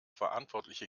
verantwortliche